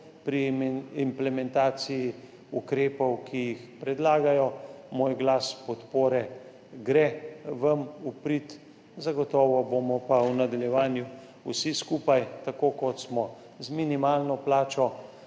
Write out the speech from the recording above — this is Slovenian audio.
pri implementaciji ukrepov, ki jih predlagajo, moj glas podpore gre vam v prid. Zagotovo bomo pa v nadaljevanju vsi skupaj, tako kot smo z minimalno plačo,